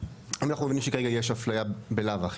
אם אנחנו מבינים שיש כרגע אפליה בלאו הכי,